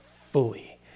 fully